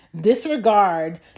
disregard